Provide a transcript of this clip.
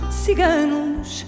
ciganos